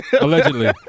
allegedly